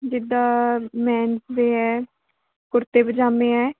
ਜਿੱਦਾਂ ਮੈਨਸ ਦੇ ਹੈ ਕੁੜਤੇ ਪਜਾਮੇ ਹੈ